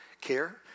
care